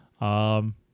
Um-